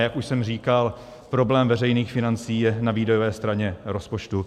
Jak už jsem říkal, problém veřejných financí je na výdajové straně rozpočtu.